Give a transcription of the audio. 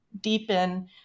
deepen